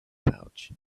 pouch